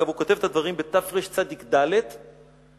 דרך אגב, הוא כותב את הדברים בתרצ"ד, 1934,